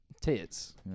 tits